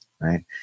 right